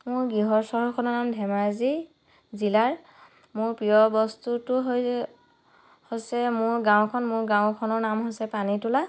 মোৰ গৃহ চহৰখনৰ নাম ধেমাজি জিলাৰ মোৰ প্ৰিয় বস্তুটো হৈ হৈছে মোৰ গাঁওখন মোৰ গাঁওখনৰ নাম হৈছে পানীতোলা